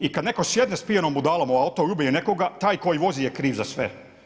I kad netko sjedne s pijanom budalom u autom i ubije nekoga, taj koji vozi je kriv za sve.